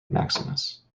maximus